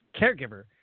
caregiver